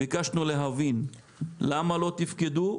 ביקשנו להבין למה לא תפקדו,